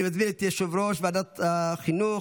אני מזמין את יושב-ראש ועדת החינוך,